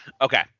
Okay